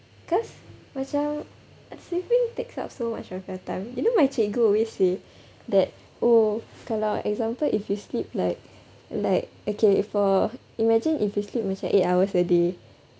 cause macam sleeping takes up so much of your time you know my cikgu always say that oh kalau example if you sleep like like okay for imagine if you sleep macam eight hours a day